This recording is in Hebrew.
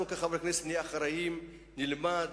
אנחנו, כחברי הכנסת, נהיה אחראים, נלמד,